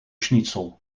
schnitzel